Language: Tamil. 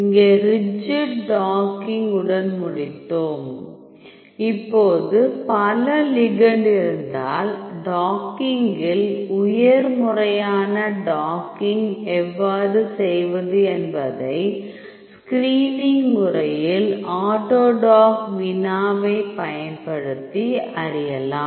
இங்கே ரிஜிட் டாக்கிங் உடன் முடித்தோம் இப்போது பல லிகெண்ட் இருந்தால் டாக்கிங்கில் உயர் முறையான டாக்கிங் எவ்வாறு செய்வது என்பதை ஸ்கிரீனிங் முறையில் ஆட்டோடாக் வினாவைப் பயன்படுத்தி அறியலாம்